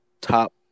top